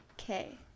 Okay